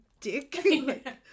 dick